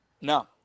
No